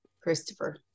Christopher